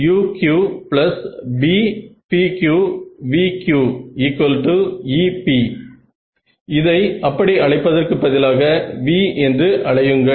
qApquqBpqvqep இதை அப்படி அழைப்பதற்கு பதிலாக v என்று அழையுங்கள்